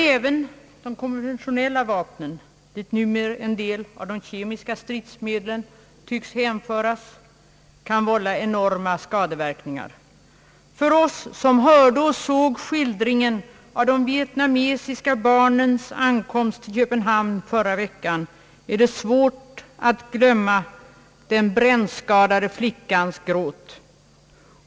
Även de konventionella vapnen, dit numera en del av de kemiska stridsmedlen tycks hänföras, kan dock vålla enorma skador. Vi som hörde och såg TV:s skildring av de vietnamesiska barnens ankomst till Köpenhamn i förra veckan har svårt att glömma den brännskadade flickans gråt.